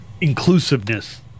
inclusiveness